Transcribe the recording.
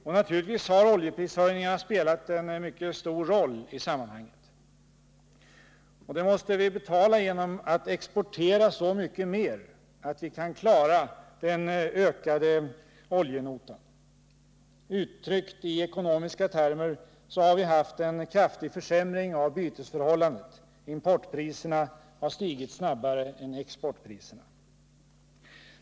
Och naturligtvis har oljeprisökningarna spelat en mycket stor roll i sammanhanget. Dem måste vi betala genom att exportera så mycket mer att vi kan klara den ökade oljenotan. Uttryckt i ekonomiska termer har vi haft en kraftig försämring av bytesförhållandet. Importpriserna har stigit snabbare än exportpriserna.